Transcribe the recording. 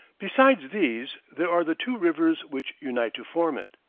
besides these there are the two rivers which unite to form it,